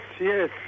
yes